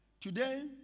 Today